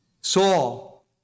Saul